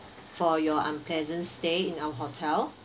for your unpleasant stay in our hotel